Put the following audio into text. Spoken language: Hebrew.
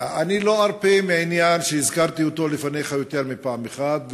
אני לא ארפה מעניין שהזכרתי אותו לפניך יותר מפעם אחת,